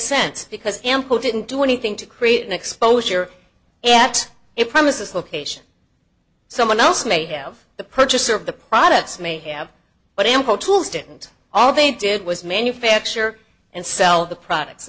sense because ample didn't do anything to create an exposure yet it promises location someone else may have the purchaser of the products may have but ample tools didn't all they did was manufacture and sell the products